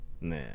Nah